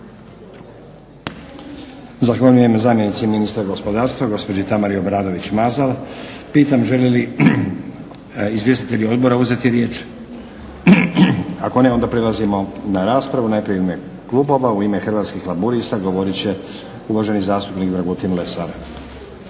Zahvaljujem zamjenici ministra gospodarstva, gospođi Tamari Obradović–Mazal. Pitam žele li izvjestitelji odbora uzeti riječ? Ako ne, onda prelazimo na raspravu. Najprije u ime klubova, u ime Hrvatskih laburista govorit će uvaženi zastupnik Dragutin Lesar.